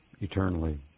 eternally